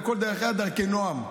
כל דרכיה דרכי נועם.